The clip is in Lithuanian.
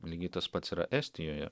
lygiai tas pats yra estijoje